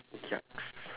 yucks